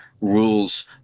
rules